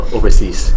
Overseas